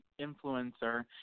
influencer